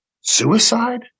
suicide